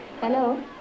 Hello